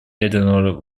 ядерных